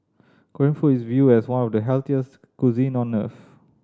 Korean food is viewed as one of the healthiest cuisine on earth